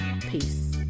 Peace